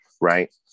right